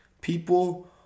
people